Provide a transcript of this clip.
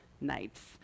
nights